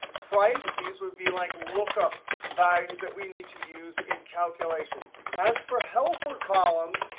price, these would be like lookup values that we need to use in calculations. as for helper columns,